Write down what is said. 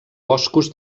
boscos